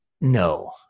No